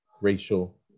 racial